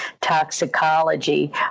Toxicology